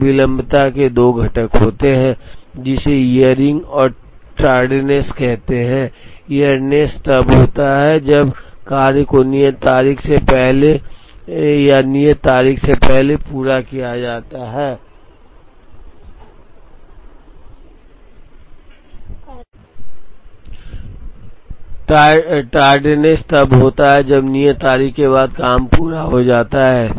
तो विलंबता के 2 घटक होते हैं जिसे ईयररिंग और टार्डनेस कहा जाता है इयरनेस तब होता है जब कार्य को नियत तारीख से पहले या नियत तारीख से पहले पूरा किया जाता है टार्डनेस तब होता है जब नियत तारीख के बाद काम पूरा हो जाता है